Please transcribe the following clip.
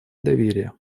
доверия